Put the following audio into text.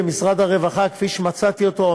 ומשרד הרווחה כפי שמצאתי אותו,